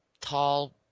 tall